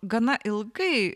gana ilgai